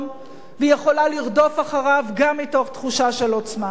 ויכולה לרדוף אחריו גם מתוך תחושה של עוצמה.